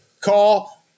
call